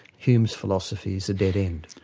hume's philosophy is a dead end.